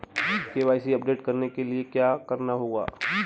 KYC update करने के लिए क्या करना होगा?